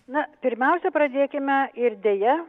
na pirmiausia pradėkime ir deja